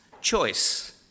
Choice